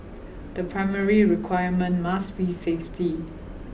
the primary requirement must be safety